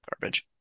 garbage